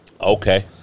Okay